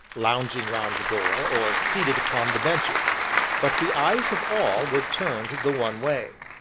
lounging round the door, or seated upon the benches but the eyes of all were turned the one way.